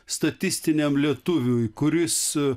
statistiniam lietuviui kuris